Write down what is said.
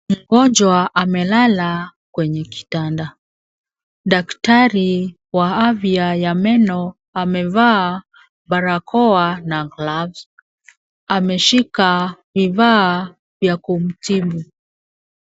Mgonjwa amelala kwenye kitanda. Daktari wa afya ya meno amevaa barakoa na glavu. Ameshika vifaa vya kumtibu.